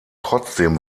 trotzdem